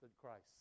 Christ